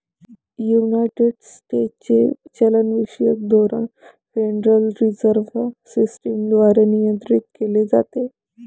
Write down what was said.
United स्टेट्सचे चलनविषयक धोरण फेडरल रिझर्व्ह सिस्टम द्वारे नियंत्रित केले जाते